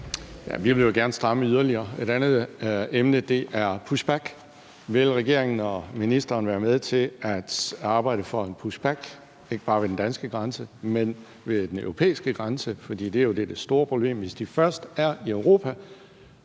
vi vil jo gerne stramme yderligere. Et andet emne er push back. Vil regeringen og ministeren være med til at arbejde for en push back, ikke bare ved den danske grænse, men også ved den europæiske grænse? For det er jo det store problem, hvis de først er i Europa.